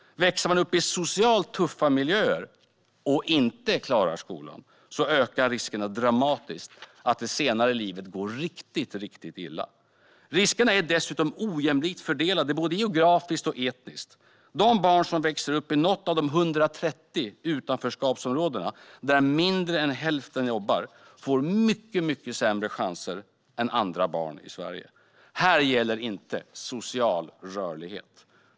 Växer man upp i socialt tuffa miljöer och inte klarar skolan ökar risken dramatiskt för att det senare i livet går riktigt illa. Riskerna är dessutom ojämlikt fördelade både geografiskt och etniskt. De barn som växer upp i något av de 130 utanförskapsområdena, där mindre än hälften jobbar, får mycket sämre chanser än andra barn i Sverige. Här gäller inte social rörlighet.